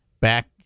back